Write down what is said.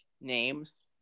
names